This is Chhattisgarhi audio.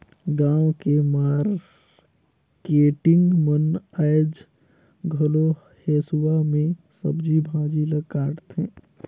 गाँव के मारकेटिंग मन आयज घलो हेसुवा में सब्जी भाजी ल काटथे